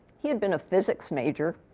he had been a physics major.